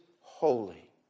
holy